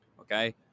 Okay